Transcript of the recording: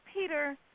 Peter